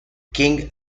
king